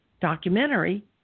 documentary